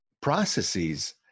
processes